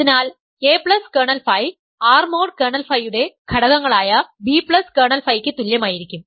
അതിനാൽ a plus kernel phi R mod kernel ഫൈയുടെ ഘടകങ്ങളായ ബി പ്ലസ് കേർണൽ ഫൈയ്ക്ക് തുല്യമായിരിക്കും